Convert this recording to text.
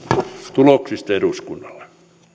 tuloksista eduskunnalle